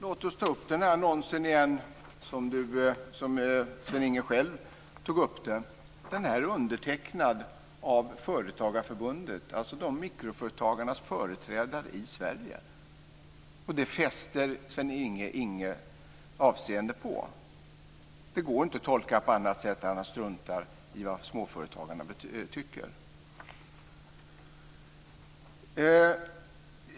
Fru talman! Låt oss återigen ta upp den annons som Carlinge tog upp. Den är undertecknad av Företagarförbundet, dvs. mikroföretagarnas företrädare i Sverige, och den fäster Carlinge inget avseende vid. Det går inte att tolka det på annat sätt än att han struntar i vad småföretagarna tycker.